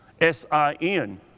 S-I-N